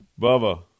Bubba